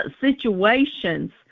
situations